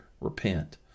repent